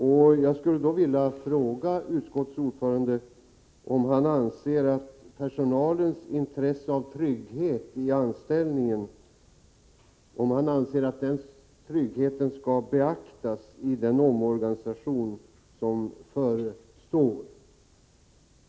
Jag skulle vilja fråga utskottets ordförande om han anser att personalens intresse av trygghet i anställningen skall beaktas i den omorganisation som förestår.